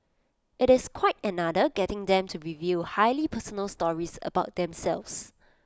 IT is quite another getting them to reveal highly personal stories about themselves